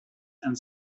and